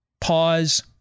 pause